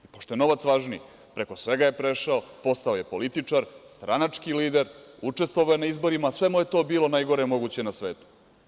Pošto je novac važniji, preko svega je prešao, postao je političar, stranački lider, učestvovao je na izborima, a sve mu je to bilo najgore moguće na svetu.